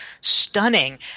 stunning